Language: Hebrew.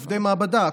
עובדי מעבדה,